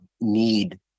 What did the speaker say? need